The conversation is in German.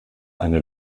eine